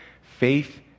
Faith